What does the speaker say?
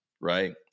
right